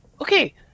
Okay